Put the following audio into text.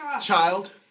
child